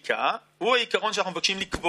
מבחינת תעסוקת נשים בכלל ותעסוקת נשים ערביות בפרט,